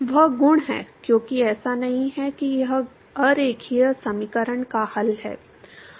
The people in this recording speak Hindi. वह गुण है क्योंकि ऐसा नहीं है कि यह अरैखिक समीकरण का हल है